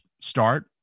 start